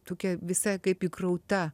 tokia visai kaip įkrauta